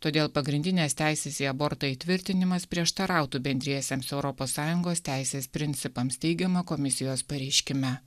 todėl pagrindinės teisės į abortą įtvirtinimas prieštarautų bendriesiems europos sąjungos teisės principams teigiama komisijos pareiškime